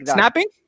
Snapping